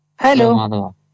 Hello